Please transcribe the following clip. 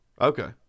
Okay